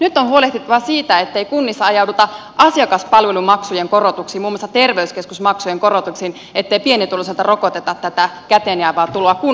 nyt on huolehdittava siitä ettei kunnissa ajauduta asiakaspalvelumaksujen korotuksiin muun muassa terveyskeskusmaksujen korotuksiin ettei pienituloisilta rokoteta tätä käteen jäävää tuloa kunnissa pois